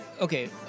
Okay